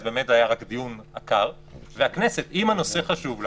באמת זה היה רק דיון עקר ואם הנושא חשוב לה,